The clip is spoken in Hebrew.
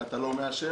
ואתה לא מאשר.